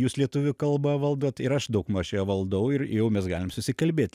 jūs lietuvių kalbą valdot ir aš daugmaž ją valdau ir jau mes galim susikalbėt